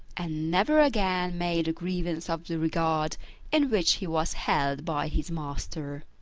and never again made a grievance of the regard in which he was held by his master.